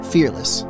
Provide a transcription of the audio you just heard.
Fearless